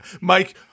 Mike